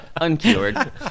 uncured